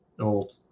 old